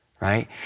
right